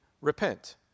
repent